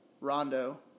Rondo